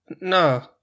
No